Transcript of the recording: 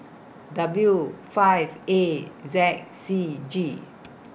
W five A Z C G